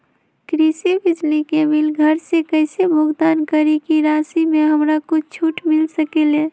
कृषि बिजली के बिल घर से कईसे भुगतान करी की राशि मे हमरा कुछ छूट मिल सकेले?